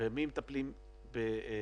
במי מטפלים בעדיפות